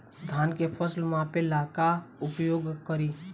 धान के फ़सल मापे ला का उपयोग करी?